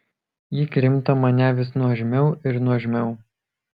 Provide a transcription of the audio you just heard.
ji krimto mane vis nuožmiau ir nuožmiau